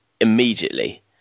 immediately